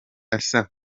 asaba